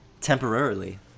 Temporarily